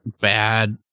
bad